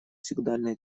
сигнальной